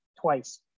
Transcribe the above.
twice